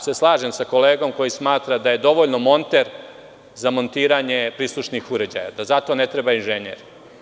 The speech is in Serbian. Slažem se sa kolegom koji smatra da je dovoljno monter za montiranje prislušnih uređaja i da za to ne treba inženjer.